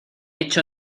hecho